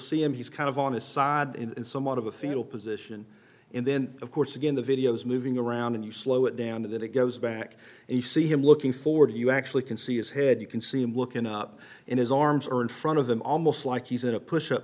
see him he's kind of on assad in somewhat of a fetal position and then of course again the video's moving around and you slow it down to that it goes back and you see him looking forward you actually can see his head you can see him looking up in his arms or in front of them almost like he's in a push up